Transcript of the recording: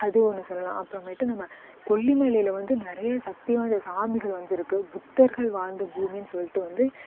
அது ஒன்று சொல்லலாம் அப்புறமேட்டு நம்ம கொல்லிமலையில் வந்து நிறைய சக்தி வாய்ந்த சாமிகள் வந்து இருக்குது புத்தர்கள் வாழ்ந்த பூமின்னு சொல்லிட்டு வந்து